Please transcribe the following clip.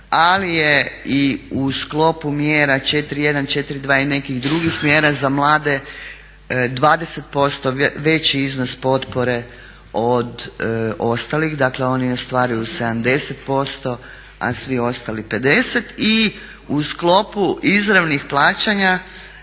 ali je i u sklopu mjera 4.1., 4.2. i nekih drugih mjera za mlade 20% veći iznos potpore od ostalih. Dakle, oni ostvaruju 70%, a svi ostali 50%. I u sklopu izravnih plaćanja